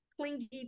Clingy